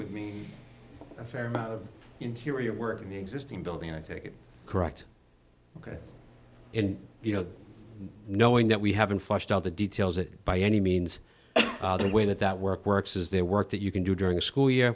d mean a fair amount of interior work in the existing building i think correct ok and you know knowing that we haven't fleshed out the details that by any means the way that that work works is their work that you can do during the school year